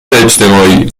اجتماعی